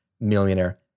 millionaire